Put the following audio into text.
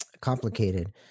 complicated